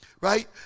right